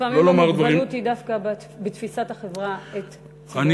לפעמים המוגבלות היא דווקא בתפיסת החברה את ציבור המוגבלים.